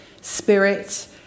spirit